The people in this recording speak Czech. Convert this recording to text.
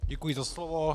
Děkuji za slovo.